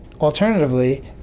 Alternatively